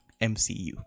MCU